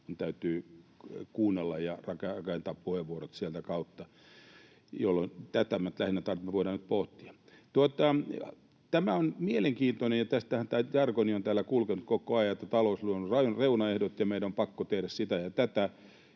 täytyy kuunnella ja rakentaa puheenvuorot sieltä kautta, jolloin tarkoitin lähinnä tätä, että voidaan nyt pohtia. Tämä on mielenkiintoinen, ja tästähän tämä jargon on täällä kulkenut koko ajan, että talous luo nyt reunaehdot ja meidän on pakko tehdä sitä ja tätä,